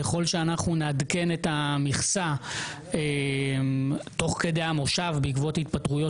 ככל שנעדכן את המכסה תוך כדי המושב בעקבות התפטרויות